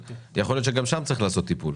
יכול להיות שגם שם צריך לעשות טיפול,